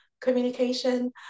communication